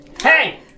Hey